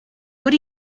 what